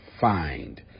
find